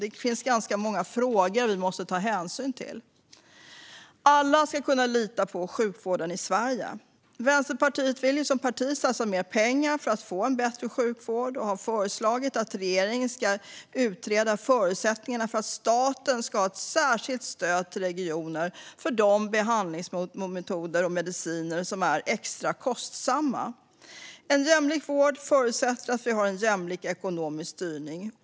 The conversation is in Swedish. Det finns ganska många frågor vi måste ta hänsyn till. Alla ska kunna lita på sjukvården i Sverige. Vänsterpartiet vill som parti satsa mer pengar för att få en bättre sjukvård och har föreslagit att regeringen ska utreda förutsättningarna för att staten ska ha ett särskilt stöd till regioner för de behandlingsmetoder och mediciner som är extra kostsamma. En jämlik vård förutsätter att vi har en jämlik ekonomisk styrning.